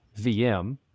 VM